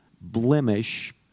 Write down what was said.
blemish